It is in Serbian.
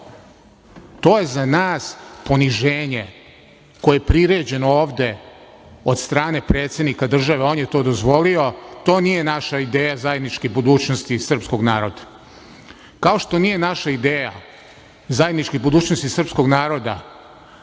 To je za nas poniženje koje je priređeno ovde od strane predsednika države. On je to dozvolio. To nije naša ideja zajedničke budućnosti srpskog naroda. Kao što nije naša ideja zajedničke budućnosti srpskog naroda,